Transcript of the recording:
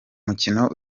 mukino